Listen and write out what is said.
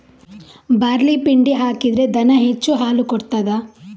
Barley ಪಿಂಡಿ ಹಾಕಿದ್ರೆ ದನ ಹೆಚ್ಚು ಹಾಲು ಕೊಡ್ತಾದ?